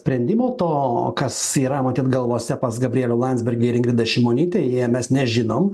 sprendimų to kas yra matyt galvose pas gabrielių landsbergį ir ingridą šimonytę jie mes nežinom